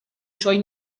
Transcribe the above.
suoi